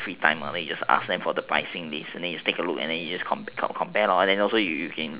free time lah then you just asked them for a pricing list then you just take a look and then just you compare then also you can